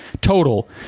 total